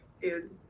dude